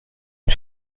une